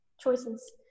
choices